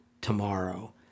tomorrow